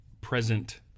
present